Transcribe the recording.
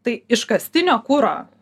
tai iškastinio kuro